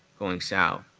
going south,